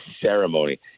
ceremony